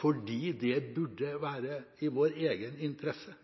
fordi det burde være i vår egen interesse.